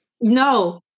No